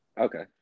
okay